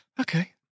Okay